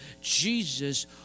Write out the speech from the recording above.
Jesus